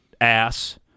ass